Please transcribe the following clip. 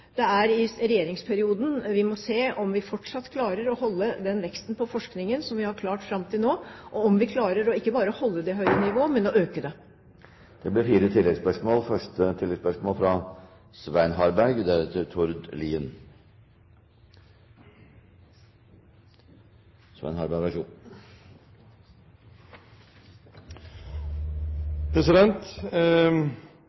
det er over regjeringsperioden vi må se om vi fortsatt klarer å holde den veksten på forskningen som vi har klart fram til nå, og om vi klarer ikke bare å holde det høye nivået, men å øke det. Det blir fire tilleggsspørsmål – først Svein Harberg. Det er mange gode ord om å satse, om å stimulere til forskning, og så